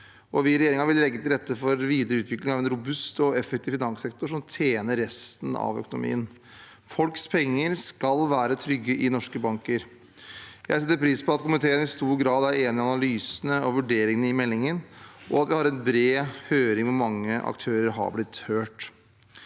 i regjeringen vil legge til rette for videre utvikling av en robust og effektiv finanssektor som tjener resten av økonomien. Folks penger skal være trygge i norske banker. Jeg setter pris på at komiteen i stor grad er enig i analysene og vurderingene i meldingen, og at vi har hatt en bred høring hvor mange aktører har blitt hørt.